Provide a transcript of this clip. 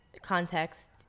context